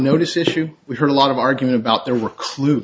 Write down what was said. notice issue we heard a lot of argument about there were clue